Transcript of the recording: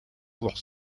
pour